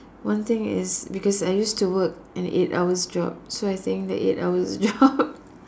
one thing is because I used to work an eight hours job so I think that eight hours job